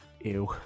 ew